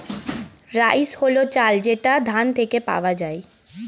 rice হল চাল যেটা ধান থেকে পাওয়া যায়